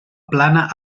plana